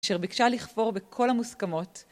אשר בקשה לכפור בכל המוסכמות